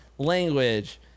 Language